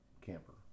camper